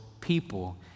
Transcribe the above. people